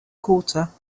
quarter